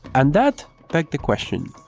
and that begged the question,